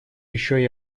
еще